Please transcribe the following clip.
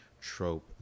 trope